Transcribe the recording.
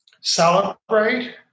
Celebrate